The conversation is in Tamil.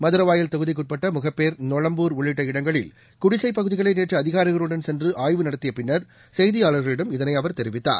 மதுரவாயல் தொகுதிக்குட்பட்ட முகப்போ் நொளாம்பூர் உள்ளிட்ட இடங்களில் குடிசைப் பகுதிகளை நேற்று அதிகாரிகளுடன் சென்று ஆய்வு நடத்திய பின்னர் செய்தியாளர்களிடம் இதனை அவர் தெரிவித்தார்